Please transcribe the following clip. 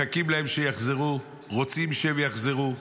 מחכים להם שיחזרו, רוצים שהם יחזרו,